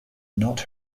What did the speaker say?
not